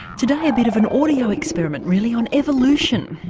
today a bit of an audio experiment really on evolution.